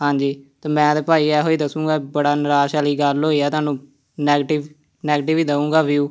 ਹਾਂਜੀ ਅਤੇ ਮੈਂ ਅਤੇ ਭਾਅ ਜੀ ਇਹੋ ਹੀ ਦੱਸੂੰਗਾ ਬੜਾ ਨਿਰਾਸ਼ ਵਾਲੀ ਗੱਲ ਹੋਈ ਆ ਤੁਹਾਨੂੰ ਨੈਗਟੀਵ ਨੈਗਟੀਵ ਹੀ ਦਉਂਗਾ ਵਿਊ